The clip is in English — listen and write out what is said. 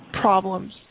problems